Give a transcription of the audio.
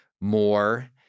more